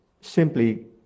simply